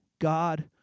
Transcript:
God